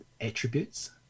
attributes